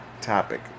Topic